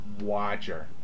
Watcher